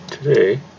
Today